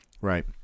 Right